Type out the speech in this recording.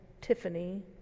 Tiffany